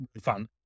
fun